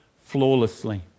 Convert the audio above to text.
flawlessly